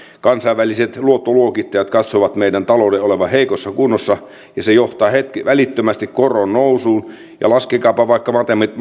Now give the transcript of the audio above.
kansainväliset luottoluokittajat katsovat meidän taloutemme olevan heikossa kunnossa ja se johtaa välittömästi koron nousuun laskekaapa vaikka